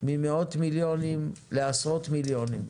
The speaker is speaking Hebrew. ממאות מיליונים לעשרות מיליונים.